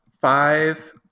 five